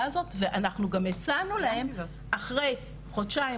הזאת ואנחנו גם הצענו להן אחרי חודשיים,